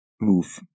Move